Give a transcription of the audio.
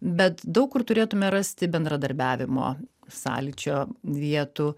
bet daug kur turėtume rasti bendradarbiavimo sąlyčio vietų